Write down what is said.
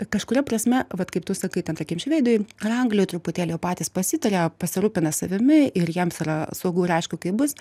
kažkuria prasme vat kaip tu sakai ten tarkim švedijoj ar anglijoj truputėlį va patys pasitaria pasirūpina savimi ir jiems yra saugu ir aišku kaip bus